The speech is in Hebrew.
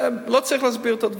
לא צריך להסביר את הדברים.